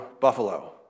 Buffalo